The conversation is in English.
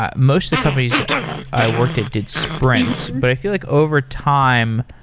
ah most of the companies i worked at did sprints, but i feel, like overtime,